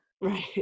right